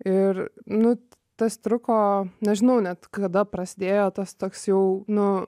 ir nu tas truko nežinau net kada prasidėjo tas toks jau nu